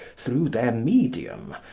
through their medium,